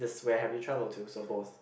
just where have you travelled to suppose